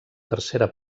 tercera